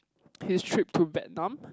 his trip to Vietnam